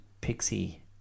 pixie